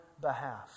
behalf